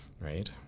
right